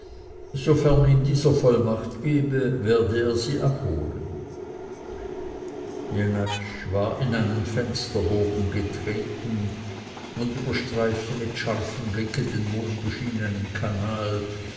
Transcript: dieser vollmacht gebe werde er sie abholen jenatsch war in einen fensterbogen getreten und überstreifte mit scharfem blicke den mondbeschienenen canal